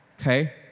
Okay